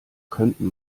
könnten